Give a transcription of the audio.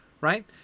right